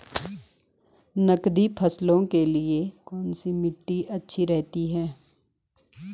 नकदी फसलों के लिए कौन सी मिट्टी अच्छी रहती है?